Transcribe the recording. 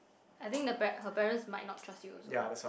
I think the pa~ her parents might not trust you also